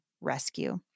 rescue